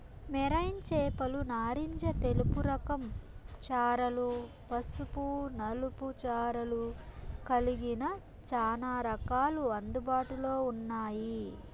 marine చేపలు నారింజ తెలుపు రకం చారలు, పసుపు నలుపు చారలు కలిగిన చానా రకాలు అందుబాటులో ఉన్నాయి